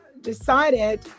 decided